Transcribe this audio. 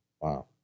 wow